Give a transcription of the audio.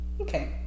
okay